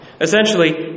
Essentially